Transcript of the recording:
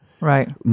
right